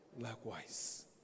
Likewise